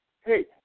hey